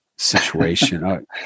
situation